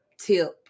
Tip